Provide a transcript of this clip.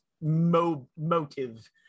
motive